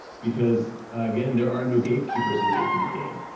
because again, there are no gatekeepers in the infinity game,